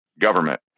government